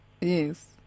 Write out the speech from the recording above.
Yes